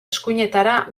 eskuinetara